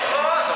אין בעיה.